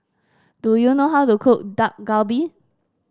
do you know how to cook Dak Galbi